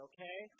Okay